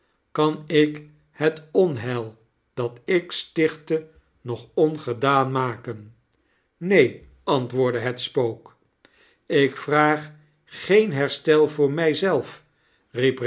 kan ik het onheil dat ik stichtte nog ongedaan maken neen antwoordde het spook ik vraag geen herstel voor mij